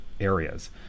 areas